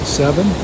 seven